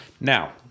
Now